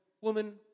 Woman